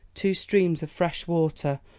two streams of fresh water,